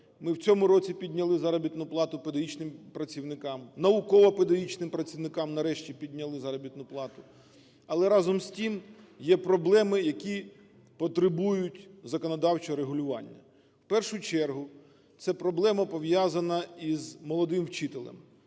Ми в цьому році підняли заробітну плату педагогічним працівникам, науково-педагогічним працівникам нарешті підняли заробітну плату. Але разом з тим є проблеми, які потребують законодавчого регулювання. В першу чергу, це проблема, пов’язана із молодим вчителем.